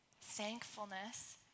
thankfulness